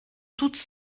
toutes